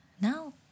now